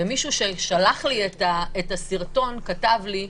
מישהו ששלח לי את הסרטון כתב לי,